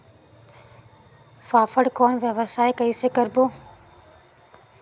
फाफण कौन व्यवसाय कइसे करबो?